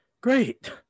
great